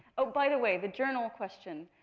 oh, by the way, the journal question.